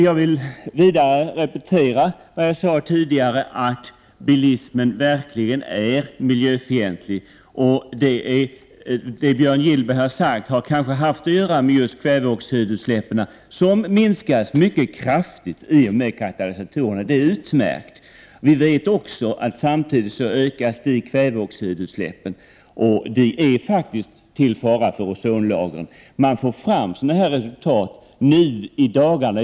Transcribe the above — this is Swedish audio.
Jag vill vidare repetera vad jag sade tidigare, nämligen att bilismen verkligen är miljöfientlig. Det som Björn Gillberg har sagt har kanske att göra med just kväveoxidutsläppen som minskas mycket kraftigt med katalysatorerna, vilket är utmärkt. Vi vet också att dikväveoxidutsläppen samtidigt ökas, och det är faktiskt en fara för ozonlagret. Man får fram sådana resultat nu i dagarna.